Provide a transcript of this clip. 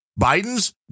Biden's